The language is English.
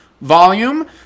Volume